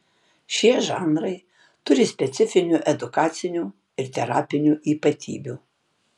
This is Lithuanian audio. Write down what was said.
šie žanrai turi specifinių edukacinių ir terapinių ypatybių